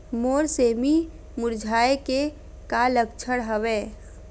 मोर सेमी मुरझाये के का लक्षण हवय?